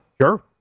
Sure